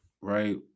right